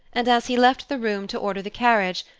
and as he left the room to order the carriage,